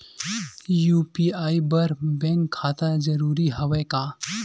UPI बर bank खाता जरूरी हवय का?